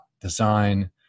design